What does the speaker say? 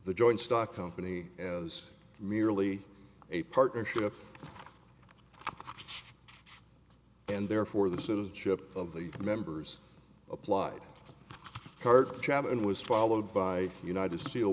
the joint stock company as merely a partnership and therefore the citizenship of the members applied card chad and was followed by united steel